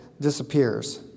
disappears